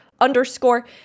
underscore